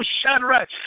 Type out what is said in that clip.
Shadrach